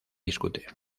discute